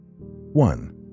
One